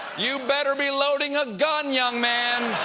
you better be loading a gun young man!